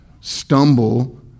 stumble